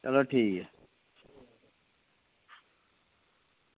चलो ठीक ऐ